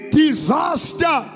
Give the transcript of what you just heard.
disaster